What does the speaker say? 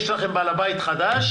ויש לכם בעל בית חדש.